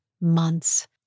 months